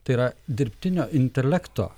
tai yra dirbtinio intelekto